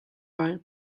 lai